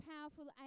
powerful